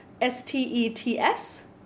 S-T-E-T-S